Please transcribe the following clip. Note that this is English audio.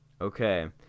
Okay